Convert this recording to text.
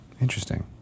Interesting